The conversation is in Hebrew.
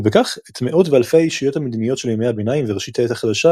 ובכך את מאות ואלפי הישויות המדיניות של ימי הביניים וראשית העת החדשה,